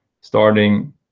starting